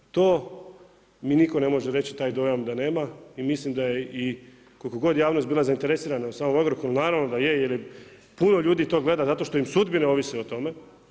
To mi nitko ne može reći taj dojam da nema i mislim da je i koliko god javnost bila zainteresirana u samom Agrokoru, naravno da je, jer puno ljudi to gleda zato što im sudbine ovise o tome.